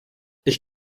ich